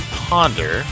ponder